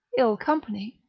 ill company,